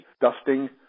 dusting